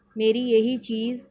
میری یہی چیز